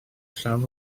llawn